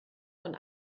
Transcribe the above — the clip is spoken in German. von